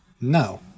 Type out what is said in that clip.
No